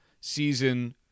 season